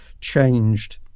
changed